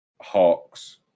Hawks